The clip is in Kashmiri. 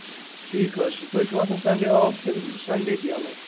ٹھیٖک حظ چھُ تۄہہِ چھُو آسان سَنڈے آف کِنہٕ سَنڈے تہِ یَلَے